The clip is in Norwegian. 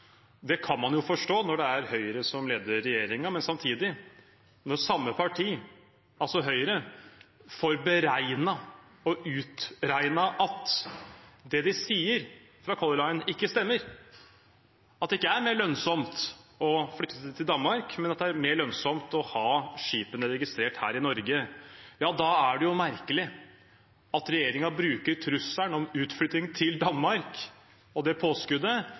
Det kan man jo forstå når det er Høyre som leder regjeringen. Men samtidig, når samme parti, Høyre, får beregnet og utregnet at det de sier fra Color Line, ikke stemmer, at det ikke er mer lønnsomt å flytte til Danmark, men at det er mer lønnsomt å ha skipene registrert her i Norge, ja da er det merkelig at regjeringen bruker trusselen og påskuddet om utflytting til Danmark